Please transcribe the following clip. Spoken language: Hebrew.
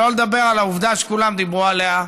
שלא לדבר על העובדה שכולם דיברו עליה,